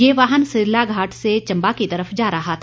ये वाहन सिल्लाधराट से चंबा की तरफ जा रहा था